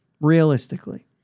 realistically